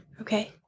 Okay